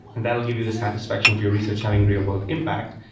and that will give you the satisfaction of your research having real-world impact,